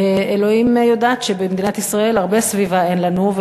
ואלוהים יודעת שבמדינת ישראל הרבה סביבה אין לנו,